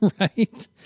Right